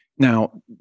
Now